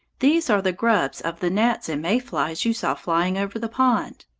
these are the grubs of the gnats and may-flies you saw flying over the pond.